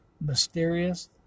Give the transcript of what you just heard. mysterious